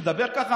ואיש שמדבר כך,